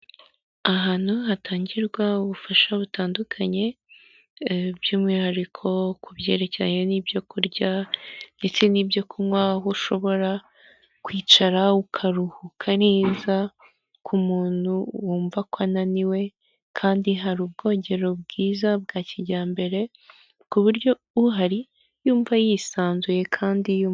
Ahantu hatangirwa ubufasha butandukanye by'umwihariko ku byerekeranye n'ibyo kurya ndetse n'ibyo kunywa, aho ushobora kwicara ukaruhuka neza ku muntu wumva ko ananiwe kandi hari ubwogero bwiza bwa kijyambere, ku buryo uhari yumva yisanzuye kandi yu...